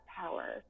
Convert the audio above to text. power